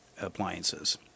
appliances